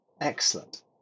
Excellent